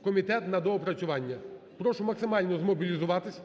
в комітет на доопрацювання. Прошу максимально змобілізуватись,